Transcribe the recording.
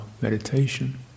meditation